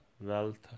wealth